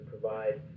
provide